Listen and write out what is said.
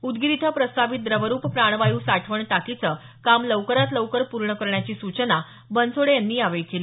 उदगीर इथं प्रस्तावित द्रवरूप प्राणवायू साठवण टाकीचं काम लवकरात लवकर पूर्ण करण्याची सूचना बनसोडे यांनी संबंधितांना केली